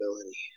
ability